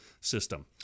system